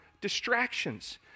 distractions